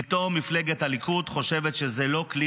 פתאום מפלגת הליכוד חושבת שזה לא כלי